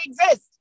exist